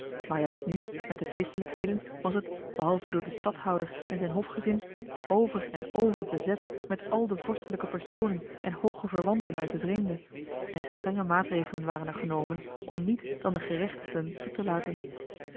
maar juist nu met de feestelijkheden was het behalve door den stadhouder en zijn hofgezin over en over bezet met al de vorstelijke personen en hooge verwanten uit den vreemde en strenge maatregelen waren er genomen om niet dan de gerechtigden toe te laten